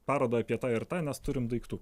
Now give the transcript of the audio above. parodą apie tą ir tą nes turim daiktų